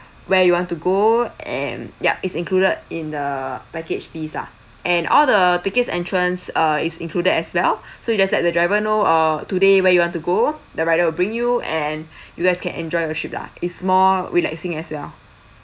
where you want to go and yup it's included in the package fees lah and all the tickets entrance uh is included as well so you just let the driver know uh today where you want to go the rider will bring you and you guys can enjoy the trip lah it's more relaxing as well